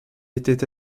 était